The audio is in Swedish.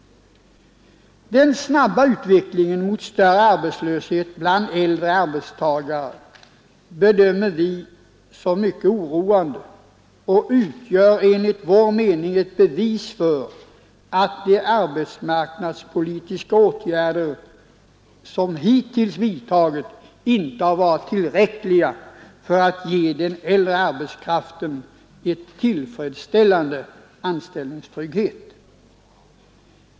Den snabba utvecklingen mot större arbetslöshet bland äldre arbetstagare bedömer vi som mycket oroande, och den utgör enligt vår mening ett bevis för att de arbetsmarknadspolitiska åtgärder som hittills vidtagits inte har varit tillräckliga för att ge den äldre arbetskraften en tillfredsställande anställningstrygghet.